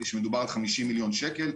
מדובר על 50 מיליון שקל.